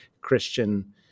Christian